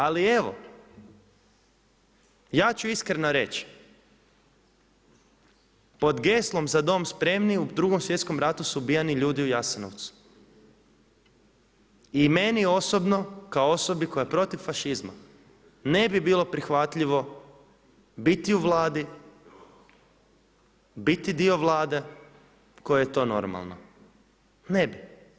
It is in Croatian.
Ali evo, ja ću iskreno reći, pod geslom „Za dom spremni“ u Drugom svjetskom ratu su ubijani ljudi u Jasenovcu i meni osobno kao osobi koja je protiv fašizma ne bi bilo prihvatljivo biti u Vladi, biti dio Vlade kojoj je to normalno, ne bi.